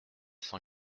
cent